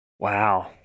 Wow